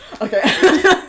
Okay